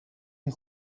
این